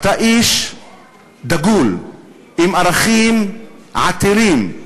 אתה איש דגול עם ערכים עתירים,